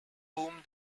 whom